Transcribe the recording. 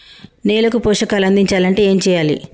నేలకు పోషకాలు అందించాలి అంటే ఏం చెయ్యాలి?